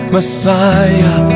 Messiah